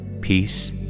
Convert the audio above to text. Peace